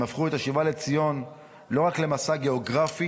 הם הפכו את השיבה לציון לא רק למסע גיאוגרפי,